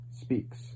speaks